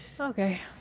Okay